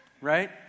right